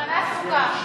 לוועדת חוקה.